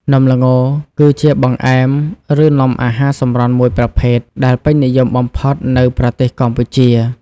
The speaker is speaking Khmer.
នំល្ង គឺជាបង្អែម ឬនំអាហារសម្រន់មួយប្រភេទ ដែលពេញនិយមបំផុតនៅប្រទេសកម្ពុជា។